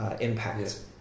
impact